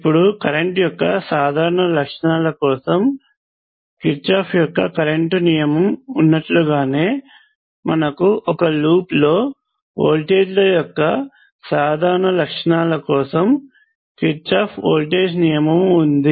ఇప్పుడు కరెంటు యొక్క సాధారణ లక్షణాల కోసము కిర్చాఫ్ యొక్క కరెంటు నియమముకరెంట్ లా ఉన్నట్లుగానే మనకు ఒక లూప్ లో వోల్టేజ్ల యొక్క సాధారణ లక్షణాల కోసము కిర్చాఫ్ వోల్టేజ్ నియమమువోల్టేజ్ లా ఉంది